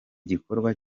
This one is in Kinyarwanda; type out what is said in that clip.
gikorwa